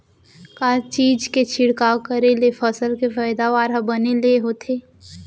का चीज के छिड़काव करें ले फसल के पैदावार ह बने ले होथे?